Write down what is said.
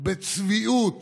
בצביעות